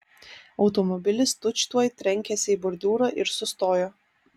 automobilis tučtuoj trenkėsi į bordiūrą ir sustojo